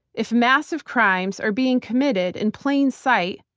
if massive crimes are being committed in plain sight,